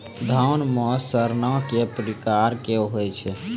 धान म सड़ना कै प्रकार के होय छै?